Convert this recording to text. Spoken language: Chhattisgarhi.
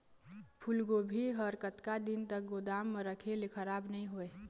फूलगोभी हर कतका दिन तक गोदाम म रखे ले खराब नई होय?